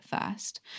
first